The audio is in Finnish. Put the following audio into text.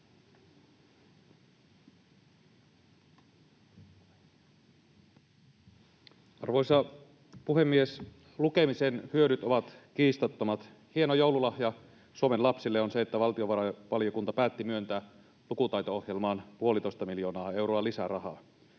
Arvoisa puhemies! Lukemisen hyödyt ovat kiistattomat. Hieno joululahja Suomen lapsille on se, että valtiovarainvaliokunta päätti myöntää lukutaito-ohjelmaan puolitoista miljoonaa euroa lisärahaa.